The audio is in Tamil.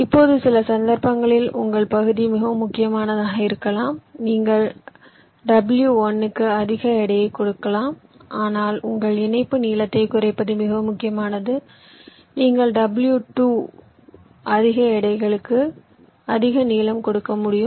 இப்போது சில சந்தர்ப்பங்களில் உங்கள் பகுதி மிகவும் முக்கியமானதாக இருக்கலாம் நீங்கள் w1 க்கு அதிக எடையைக் கொடுக்கலாம் ஆனால் உங்கள் இணைப்பு நீளத்தைக் குறைப்பது மிகவும் முக்கியமானது நீங்கள் w2 அதிக எடைகளுக்கு அதிக நீளம் கொடுக்க முடியும்